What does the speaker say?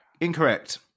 Incorrect